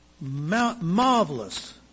marvelous